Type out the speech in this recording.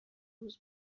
روز